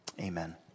Amen